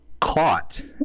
caught